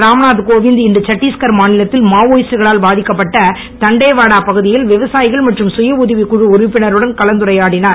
ராம்நாத் கோவிந்த் இன்று சட்டீஷ்கர் மாநிலத்தில் மாவோயிஸ்டுகளால் பாதிக்கப்பட்ட தண்டேவாடா பகுதியில் விவசாயிகள் மற்றும் சுயஉதவிக் குழு உறுப்பினருடன் கலந்துரையாடினார்